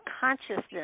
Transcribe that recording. consciousness